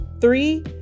three